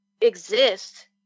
exist